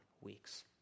weeks